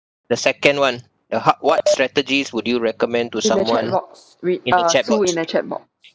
the second one the ha~ what strategies would you recommend to someone in the chat box